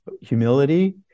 humility